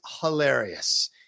hilarious